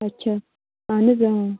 اَچھا اَہن حظ